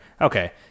Okay